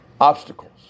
Obstacles